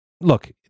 look